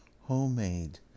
homemade